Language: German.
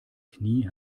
knie